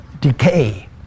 decay